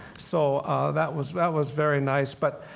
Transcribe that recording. so that was that was very nice. but